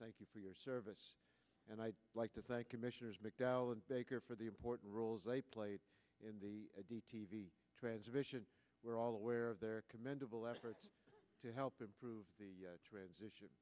thank you for your service and i'd like to thank you missioners mcdowell and baker for the important roles they played in the at the t v transition we're all aware of their commendable efforts to help improve the transition